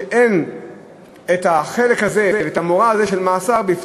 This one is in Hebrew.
שאין בפני חייבים החלק הזה והמורא הזה של מאסר.